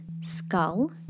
skull